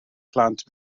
plant